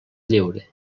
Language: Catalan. lleure